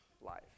life